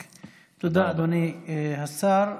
תודה, אדוני השר.